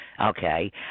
Okay